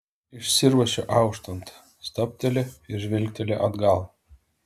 išsiruošia auštant stabteli ir žvilgteli atgal